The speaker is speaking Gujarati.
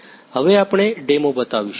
હવે આપણે ડેમો બતાવીશું